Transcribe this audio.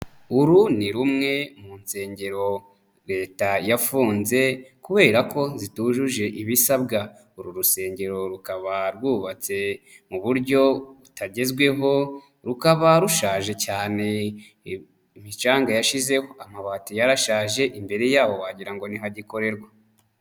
Uru ni rumwe mu nsengero Leta yafunze kubera ko zitujuje ibisabwa, uru rusengero rukaba rwubatse mu buryo butagezweho rukaba rushaje cyane, imicange yashizeho amabati yarashaje imbere yaho wagira ngo ntihagikorerwa.